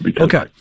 Okay